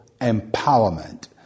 empowerment